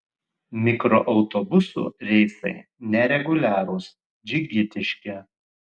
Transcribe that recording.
mikroautobusų reisai nereguliarūs džigitiški